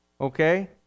Okay